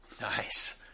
Nice